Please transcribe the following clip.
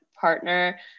partner